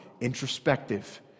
introspective